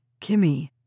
Kimmy